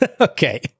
Okay